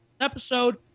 episode